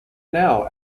now